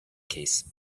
case